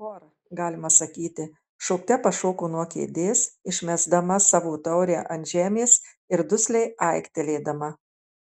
hor galima sakyti šokte pašoko nuo kėdės išmesdama savo taurę ant žemės ir dusliai aiktelėdama